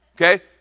okay